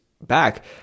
back